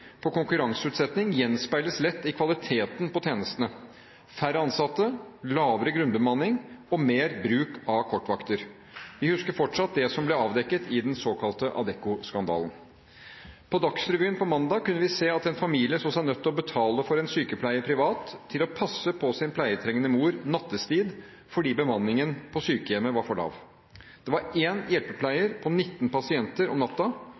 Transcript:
på konkurranseutsetting, gjenspeiles lett i kvaliteten på tjenestene: færre ansatte, lavere grunnbemanning og mer bruk av kortvakter. Vi husker fortsatt det som ble avdekket i den såkalte Adecco-skandalen. På Dagsrevyen på mandag kunne vi se at en familie så seg nødt til å betale privat for en sykepleier til å passe på sin pleietrengende mor nattetid fordi bemanningen på sykehjemmet var for lav. Det var én hjelpepleier på 19 pasienter om